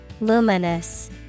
Luminous